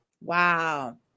wow